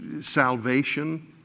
salvation